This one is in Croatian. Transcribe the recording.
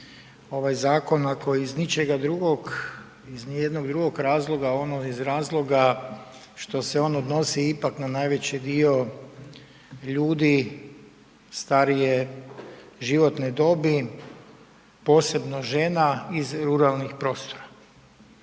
ovaj zakon, ako iz ničega drugog iz nijednog drugog razloga, a ono iz razloga što se on odnosi ipak na najveći dio ljudi starije životne dobi, posebno žena iz ruralnih prostora.